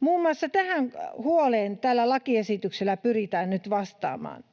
Muun muassa tähän huoleen tällä lakiesityksellä pyritään nyt vastaamaan.